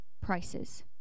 prices